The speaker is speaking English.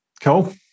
Cool